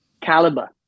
caliber